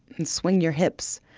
and swing your hips.